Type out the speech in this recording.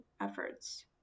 efforts